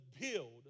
build